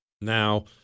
now